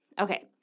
Okay